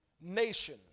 nation